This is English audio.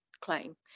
claim